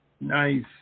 Nice